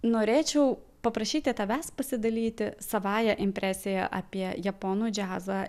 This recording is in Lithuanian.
norėčiau paprašyti tavęs pasidalyti savąja impresija apie japonų džiazą